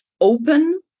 open